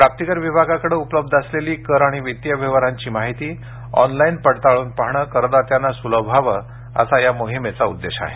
प्राप्ती कर विभागाकडे उपलब्ध असलेली कर आणि वित्तीय व्यवहारांची माहिती ऑनलाईन पडताळून पाहणे करदात्यांना सुलभ व्हावे असा या मोहिमेचा उद्देश आहे